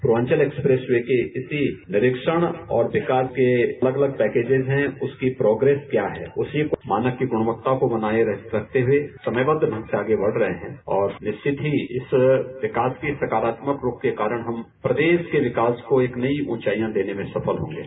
Purvanchal expressway के इत्ती निरीक्षण और विकास के अलग अलग पैकेजज है उसकी प्रोप्रेस क्या है उसकी मानक की गुणवत्ता को बनाये रखते हुए समयबद ढंग से आगे बढ़ रहे है और निश्चित ही इस विकास की सकारात्मक रूप के कारण हम प्रदेश के विकास को नई ऊँचाईयां देने में सफल हॉगे